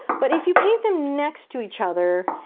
but if you paint them next to each other,